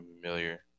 familiar